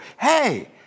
Hey